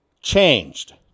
changed